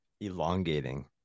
elongating